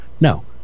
No